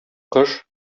кош